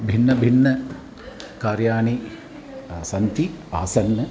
भिन्न भिन्न कार्याणि आ सन्ति आसन्